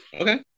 Okay